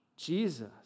Jesus